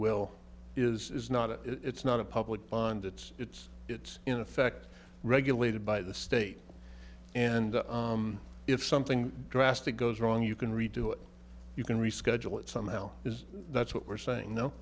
will is not it's not a public bond it's it's it's in effect regulated by the state and if something drastic goes wrong you can redo it you can reschedule it somehow is that's what we're saying no